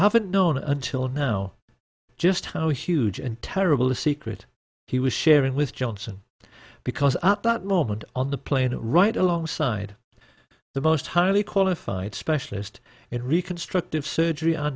haven't known until now just how huge and terrible a secret he was sharing with johnson because at that moment on the plane right alongside the most highly qualified specialist in reconstructive surgery